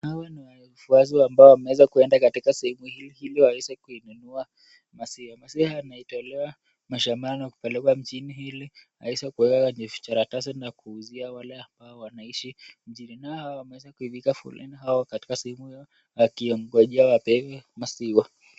Hawa ni watu ambao wameweza kuenda katika sehemu hili, Ili waweze kuinunua maziwa. Maziwa haya yametolewa. mashambani na kupelekwa mjini ili aweze kuweka kwenye vijikaratasi na kuuzia wale ambao wanaishi mjini. Nao hao wameza kuipiga foleni katika sehemu hiyo wakiongojea wapewe maziwa.